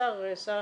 לשר החקלאות,